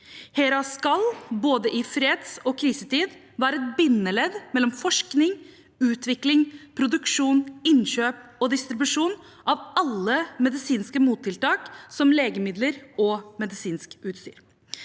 HERA skal i både fredstid og krisetid være et bindeledd mellom forskning, utvikling, produksjon, innkjøp og distribusjon av alle medisinske mottiltak, som legemidler og medisinsk utstyr.